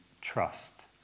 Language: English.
trust